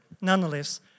Nonetheless